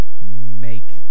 make